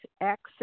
access